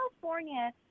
California